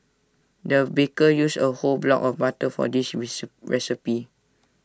the baker used A whole block of butter for this rise recipe